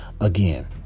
again